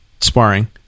sparring